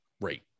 rate